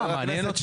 סתם, מעניין אותי.